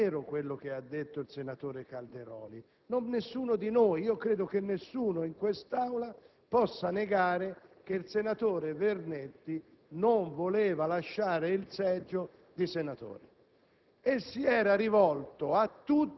sulle dimissioni. È vero ciò che ha detto il senatore Calderoli: credo che nessuno in quest'Aula possa negare che il senatore Vernetti non volesse lasciare il seggio di senatore.